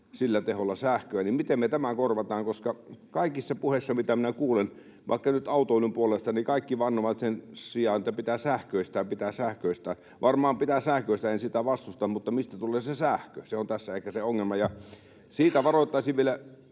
sieltä tulee sähköä. Miten me tämä korvataan, koska kaikissa puheissa, mitä minä kuulen, vaikka nyt autoilun puolesta, kaikki vannovat sen nimeen, että pitää sähköistää, pitää sähköistää. Varmaan pitää sähköistää, en sitä vastusta, mutta mistä tulee se sähkö? Se on tässä ehkä se ongelma. Siitä varoittaisin vielä,